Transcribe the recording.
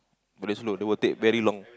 very slow it will take very long